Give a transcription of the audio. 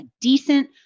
decent